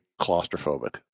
claustrophobic